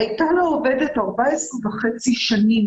הייתה לה עובדת 14.5 שנים,